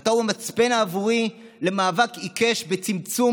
אתה הוא המצפן עבורי למאבק עיקש בצמצום